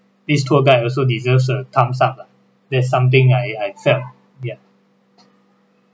this tour guide also deserves a thumbs up lah that's something I I felt ya